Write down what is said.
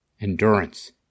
Endurance